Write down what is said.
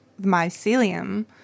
mycelium